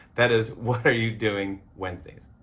that is what are you doing wednesdays?